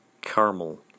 caramel